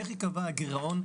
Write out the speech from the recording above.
איך ייקבע הגירעון,